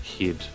head